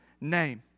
name